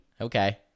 Okay